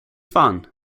fun